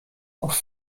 auf